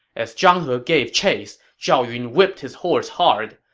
as zhang he gave chase, zhao yun whipped his horse hard.